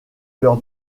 leur